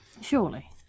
Surely